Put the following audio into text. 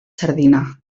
sardina